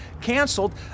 canceled